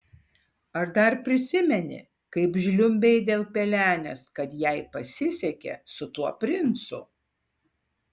ar dar prisimeni kaip žliumbei dėl pelenės kad jai pasisekė su tuo princu